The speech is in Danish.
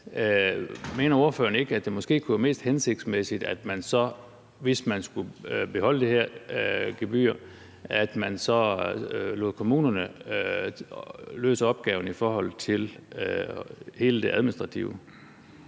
Mener ordføreren ikke, at det måske kunne være mest hensigtsmæssigt, at man så, hvis man skulle beholde det her gebyr, lod kommunerne løse opgaven i forhold til hele det administrative?